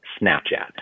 Snapchat